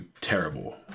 terrible